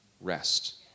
rest